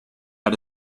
had